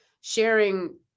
sharing